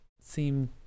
seem